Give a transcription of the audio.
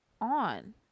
on